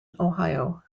ohio